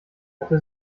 hatte